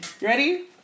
Ready